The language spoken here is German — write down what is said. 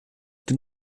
den